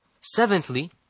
Seventhly